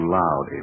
loud